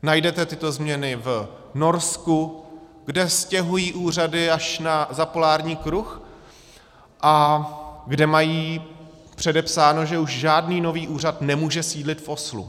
Najdete tyto změny v Norsku, kde stěhují úřady až za polární kruh a kde mají předepsáno, že už žádný nový úřad nemůže sídlit v Oslu.